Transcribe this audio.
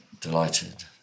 delighted